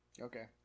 Okay